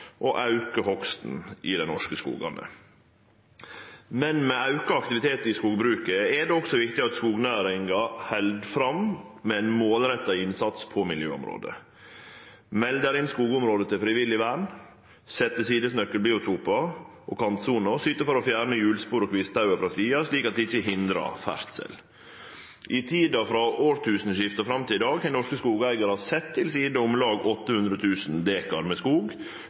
auke hogsten i dei norske skogane. Men med auka aktivitet i skogbruket er det også viktig at skognæringa held fram med ein målretta innsats på miljøområdet; melder inn skogområde til frivillig vern, set til sides nøkkelbiotopar og kantsoner og syter for å fjerne hjulspor og kvisthaugar frå stiar slik at det ikkje hindrar ferdsel. I tida frå tusenårsskiftet fram til i dag har norske skogeigarar sett til sides om lag 800 000 dekar med skog